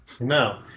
No